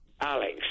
Alex